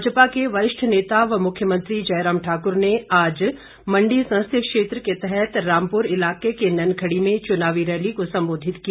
भाजपा के वरिष्ठ नेता व मुख्यमंत्री जयराम ठाकुर ने आज मण्डी संसदीय क्षेत्र के तहत रामपुर इलाके के ननखड़ी में चुनावी रैली को सम्बोधित किया